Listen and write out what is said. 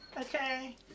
okay